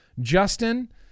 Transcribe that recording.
Justin